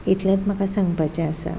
इतलेंत म्हाका सांगपाचें आसा